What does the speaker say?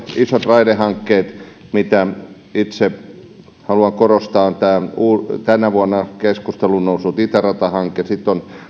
isot raidehankkeet joita itse haluan korostaa on tämä tänä vuonna keskusteluun noussut itärata hanke sitten on tämä